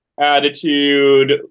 attitude